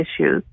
issues